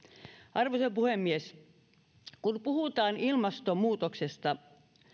arvoisa puhemies kun puhutaan ilmastonmuutoksesta